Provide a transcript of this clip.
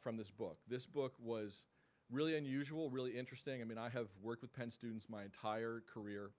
from this book. this book was really unusual, really interesting. i mean i have worked with penn students my entire career.